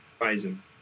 Amazing